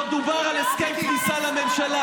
מעולם לא דובר על הסכם כניסה לממשלה.